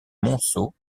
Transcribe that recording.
monceau